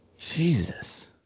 Jesus